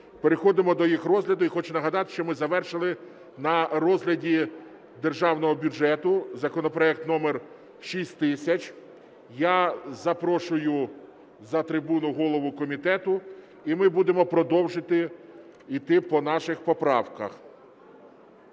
Переходимо до їх розгляду. І хочу нагадати, що ми завершили на розгляді Державного бюджету, законопроект № 6000. Я запрошую за трибуну голову комітету, і ми будемо продовжувати йти по наших поправках.